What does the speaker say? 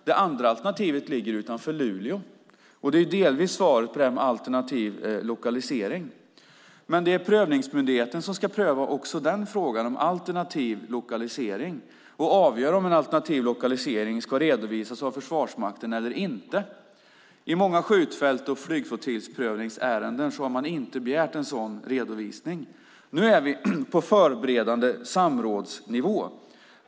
Det andra alternativet ligger utanför Luleå. Det är delvis svaret på frågan om alternativ lokalisering. Det är prövningsmyndigheten som också ska pröva frågan om alternativ lokalisering och avgöra om en alternativ lokalisering ska redovisas av Försvarsmakten eller inte. I många skjutfälts och flygflottiljsprövningsärenden har man inte begärt en sådan redovisning. Nu är vi på nivån förberedande samråd.